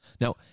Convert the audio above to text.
Now